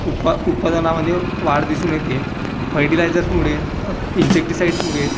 उत्पा उत्पादनामध्ये वाढ दिसून येते फर्टीलायजर्समुळे इंसेक्टीसाईडसमुळे